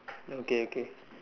okay okay